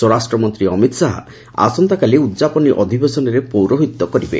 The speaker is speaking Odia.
ସ୍ୱରାଷ୍ଟ୍ରମନ୍ତ୍ରୀ ଅମିତ ଶାହା ଆସନ୍ତାକାଲି ଉଦ୍ଯାପନୀ ଅଧିବେଶନରେ ପୌରୋହିତ୍ୟ କରିବେ